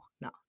no